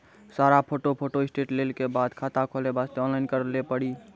सारा photo photostat लेल के बाद खाता खोले वास्ते ऑनलाइन करिल पड़ी?